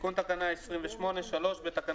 תיקון תקנה 28, בבקשה.